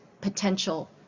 potential